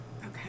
Okay